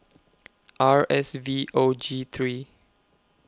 R S V O G three